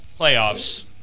playoffs